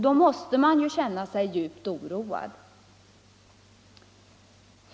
Då måste man ju känna sig djupt oroad.